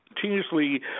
continuously